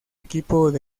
equipo